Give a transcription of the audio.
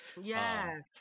yes